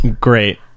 great